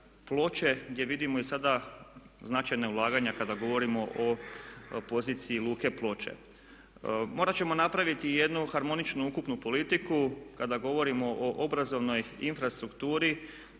gdje vidimo i sada značajna ulaganja kada govorimo o poziciji luke Ploče. Morati ćemo napraviti i jednu harmoničnu ukupnu politiku kada govorimo o obrazovnoj infrastrukturi,